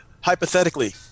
Hypothetically